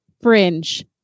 fringe